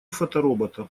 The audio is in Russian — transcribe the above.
фоторобота